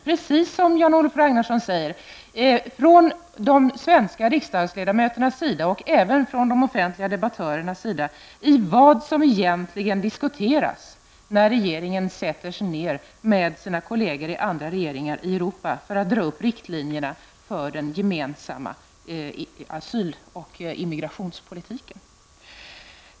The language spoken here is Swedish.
Precis som Jan-Olof Ragnarsson sade har den svenska riksdagens ledamöter liksom de offentliga debattörerna en utomordentligt dålig insyn i vad som egentligen diskuteras när regeringen sätter sig ned med sina kolleger i andra regeringar i Europa för att dra upp riktlinjerna för den gemensamma asyl och immigrationspolitiken.